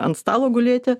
ant stalo gulėti